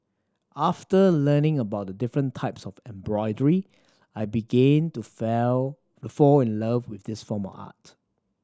after learning about the different types of embroidery I begin to fell fall in love with this form of art